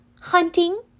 Hunting